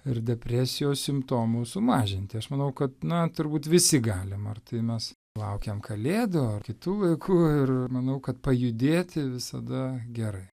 ir depresijos simptomus sumažinti aš manau kad na turbūt visi galim ar tai mes laukiam kalėdų kitu laiku ir manau kad pajudėti visada gerai